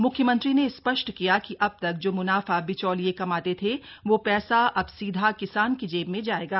मुख्यमंत्री ने स्पष्ट किया कि अब तक जो मूनाफा बिचौलिये कमाते थे वो पैसा अब सीधा किसान की जेब में जाएगा